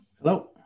Hello